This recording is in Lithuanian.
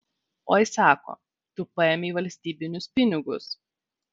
oi sako tu paėmei valstybinius pinigus